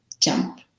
jump